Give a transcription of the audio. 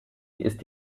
ist